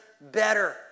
better